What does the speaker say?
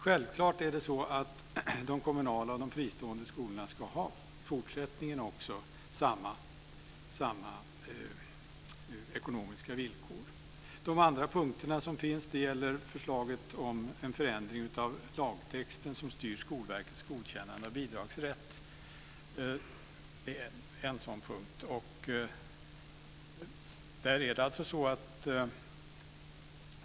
Självklart ska de kommunala och de fristående skolorna också i fortsättningen ska ha samma ekonomiska villkor. De andra punkterna som finns gäller förslaget om en förändring av lagtexten som styr Skolverkets godkännande av bidragsrätt. Det är en sådan punkt.